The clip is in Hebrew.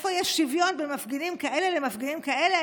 איפה יש שוויון בין מפגינים כאלה למפגינים כאלה?